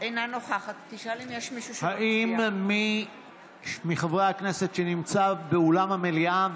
אינה נוכחת האם מי מחברי הכנסת שנמצא באולם המליאה,